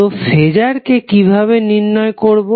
তো ফেজারকে কিভাবে বর্ণনা করবো